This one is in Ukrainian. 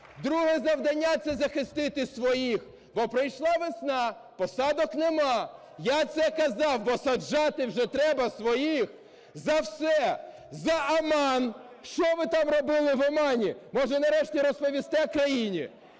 Друге завдання – це захистити своїх, бо прийшла весна - посадок нема. Я це казав, бо саджати вже треба своїх за все: за Оман. Що ви там робили в Омані, може, нарешті розповісте країні?